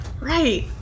Right